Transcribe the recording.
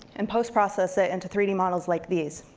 and post-process it into three d models like these.